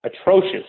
atrocious